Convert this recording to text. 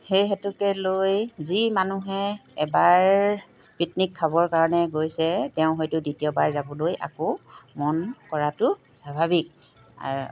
সেই হেতুকে লৈ যি মানুহে এবাৰ পিকনিক খাবৰ কাৰণে গৈছে তেওঁ হয়তো দ্বিতীয়বাৰ যাবলৈ আকৌ মন কৰাটো স্বাভাৱিক আৰু